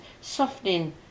softening